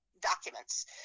documents